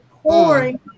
pouring